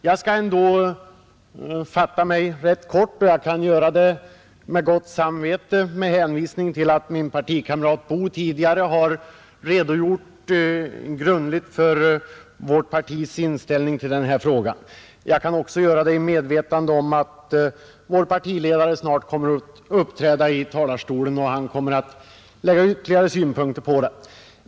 Jag skall ändå fatta mig rätt kort, och jag kan göra det med gott samvete med hänvisning till att min partikamrat herr Boo tidigare har redogjort grundligt för vårt partis inställning till frågan — och även i medvetande om att vår partiledare snart kommer att uppträda i talarstolen och anföra ytterligare synpunkter.